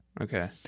Okay